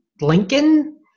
lincoln